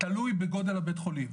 תלוי בגודל בית החולים.